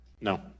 No